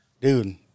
Dude